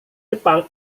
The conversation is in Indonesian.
jepang